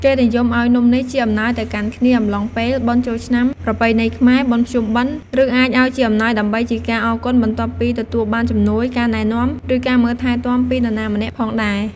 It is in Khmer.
គេនិយមឱ្យនំនេះជាអំណោយទៅកាន់គ្នា អំឡុងពេលបុណ្យចូលឆ្នាំប្រពៃណីខ្មែរ បុណ្យភ្ពុំបិណ្ឌ ឬអាចឱ្យជាអំណោយដើម្បីជាការអរគុណបន្ទាប់ពីទទួលបានជំនួយ ការណែនាំ ឬ ការមើលថែទាំពីនរណាម្នាក់ផងដែរ។